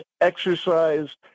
exercise